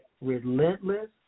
relentless